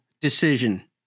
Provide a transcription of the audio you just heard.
decision